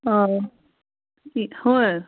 ꯑꯥ ꯍꯣꯏ